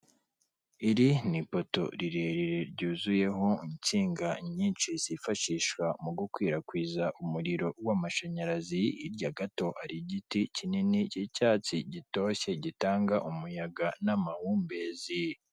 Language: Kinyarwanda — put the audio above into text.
Iri ni ipoto rirerire ryuzuyeho insinga nyinshi zifashishwa mu gukwirakwiza umuriro w'amashanyarazi, hirya gato hari igiti kinini cy'icyatsi gitoshye gitanga umuyaga n'amahumbezi.